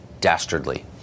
Dastardly